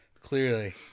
Clearly